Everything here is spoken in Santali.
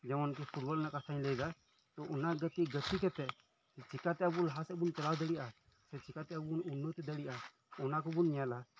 ᱡᱮᱢᱚᱱ ᱯᱷᱩᱴᱵᱚᱞ ᱨᱮᱱᱟᱜ ᱠᱟᱛᱷᱟᱧ ᱞᱟᱹᱭ ᱮᱫᱟ ᱚᱱᱟ ᱜᱟᱛᱮ ᱜᱟᱛᱮ ᱠᱟᱛᱮᱫ ᱪᱤᱠᱟᱛᱮ ᱟᱵᱚ ᱞᱟᱦᱟ ᱥᱮᱫ ᱵᱚᱱ ᱪᱟᱞᱟᱣ ᱫᱟᱲᱮᱭᱟᱜᱼᱟ ᱥᱮ ᱪᱤᱠᱟᱛᱮ ᱟᱵᱚ ᱵᱚᱱ ᱩᱱᱱᱚᱛᱤ ᱫᱟᱲᱮᱭᱟᱜᱼᱟ ᱚᱱᱟ ᱠᱚᱵᱚᱱ ᱧᱮᱞᱟ